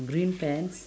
green pants